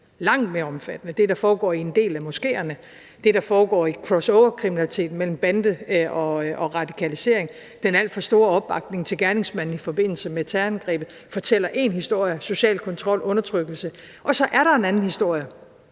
langt mere omfattende. Det, der foregår i en del af moskeerne, det, der foregår i crossoverkriminaliteten mellem bandeaktivitet og radikalisering, den alt for store opbakning til gerningsmanden i forbindelse med terrorangrebet, social kontrol og undertrykkelse fortæller én historie.